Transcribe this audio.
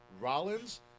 Rollins